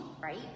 right